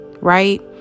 right